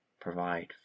provide